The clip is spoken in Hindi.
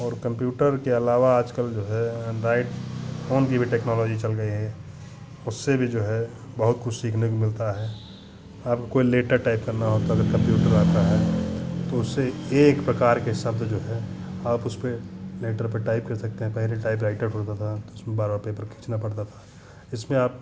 और कम्प्यूटर के अलावा आजकल जो है ऐन्ड्रॉइड फोन की भी टेक्नोलॉजी चल गई है उससे भी जो है बहुत कुछ सीखने को मिलता है आपको लेटर टाइप करना हो तो कम्प्यूटर आता है तो उससे एक प्रकार के शब्द जो है आप उसपे लेटर पे टाइप कर सकते हैं पहले टाइपराइटर होता था तो उसमें बार बार पेपर खींचना पड़ता था इसमें आप